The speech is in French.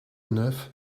neuf